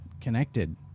connected